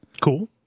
Cool